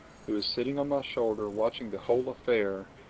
who was sitting on my shoulder watching the whole affair,